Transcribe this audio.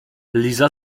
liza